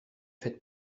faites